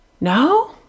no